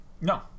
No